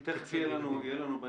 תכף יהיה לנו בהמשך.